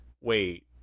wait